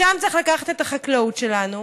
לשם צריך לקחת את החקלאות שלנו.